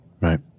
Right